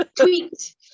Tweet